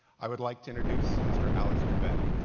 i would like to introduce mr. alex trebek.